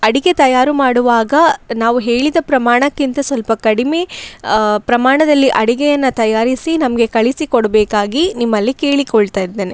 ಅಡುಗೆ ತಯಾರು ಮಾಡುವಾಗ ನಾವು ಹೇಳಿದ ಪ್ರಮಾಣಕ್ಕಿಂತ ಸ್ವಲ್ಪ ಕಡಿಮೆ ಪ್ರಮಾಣದಲ್ಲಿ ಅಡಿಗೆಯನ್ನು ತಯಾರಿಸಿ ನಮಗೆ ಕಳಿಸಿ ಕೊಡಬೇಕಾಗಿ ನಿಮ್ಮಲ್ಲಿ ಕೇಳಿಕೊಳ್ತಾ ಇದ್ದೇನೆ